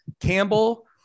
Campbell